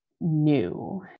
new